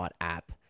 app